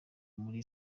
muri